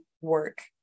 work